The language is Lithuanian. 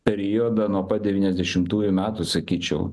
periodą nuo pat devyniasdešimtųjų metų sakyčiau